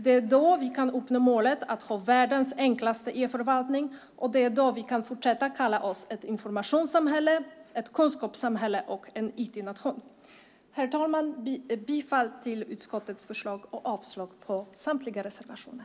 Det är då vi kan uppnå målet att ha världens enklaste e-förvaltning. Det är då vi kan fortsätta att kalla oss ett informationssamhälle, ett kunskapssamhälle och en IT-nation. Herr talman! Jag yrkar bifall till utskottets förslag och avslag på samtliga reservationer.